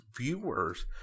viewers